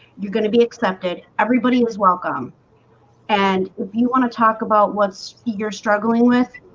you're going to be accepted. everybody was welcome and if you want to talk about what's you're struggling with?